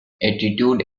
attitude